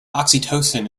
oxytocin